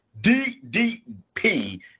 DDP